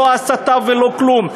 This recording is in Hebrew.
לא הסתה ולא כלום.